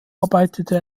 arbeitete